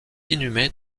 inhumé